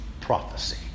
prophecy